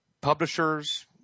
publishers –